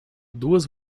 duas